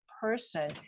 person